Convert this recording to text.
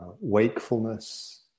wakefulness